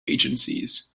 agencies